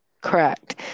Correct